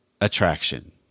attraction